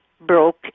broke